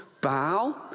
bow